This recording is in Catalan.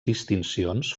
distincions